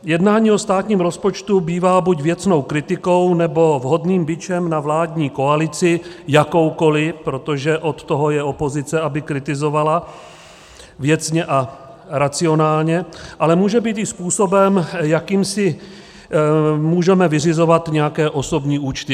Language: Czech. Jednání o státním rozpočtu bývá buď věcnou kritikou, nebo vhodným bičem na vládní koalici, jakoukoli, protože od toho je opozice, aby kritizovala věcně a racionálně, ale může být i způsobem, jakým si můžeme vyřizovat nějaké osobní účty.